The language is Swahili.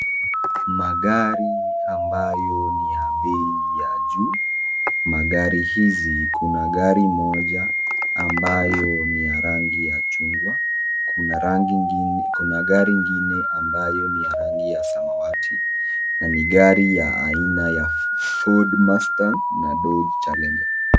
Magari ambayo ni ya bei ya juu magari hizi kuna gari moja ambayo ni ya rangi ya chungwa kuna gari ingine ambayo ni ya rangi ya samawati na ni gari ya aina ya ford mustag na dodge challenger.